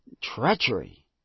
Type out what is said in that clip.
treachery